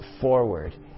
forward